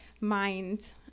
mind